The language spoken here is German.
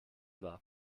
war